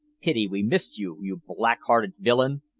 pity we missed you, you black-hearted villain!